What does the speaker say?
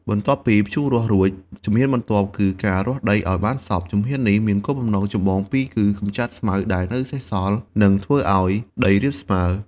បន្ទាប់ពីភ្ជួររាស់រួច ជំហានបន្ទាប់គឺការរាស់ដីឱ្យបានសព្វ ជំហាននេះមានគោលបំណងចម្បងពីរគឺ កម្ចាត់ស្មៅដែលនៅសេសសល់ និងធ្វើឱ្យដីរាបស្មើ។